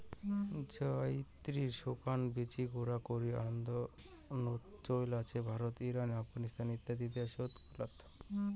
জয়িত্রির শুকান বীচি গুঁড়া করি আন্দনোত চৈল আছে ভারত, ইরান, আফগানিস্তান আদি দ্যাশ গুলাত